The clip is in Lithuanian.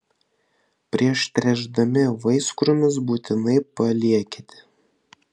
prieš tręšdami vaiskrūmius būtinai paliekite